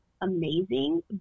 amazing